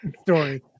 Story